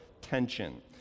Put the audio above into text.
tension